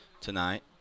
tonight